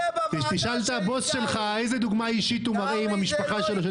תשאל את הבוס שלך איזו דוגמה אישית הוא מראה עם המשפחה שלו.